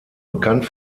bekannt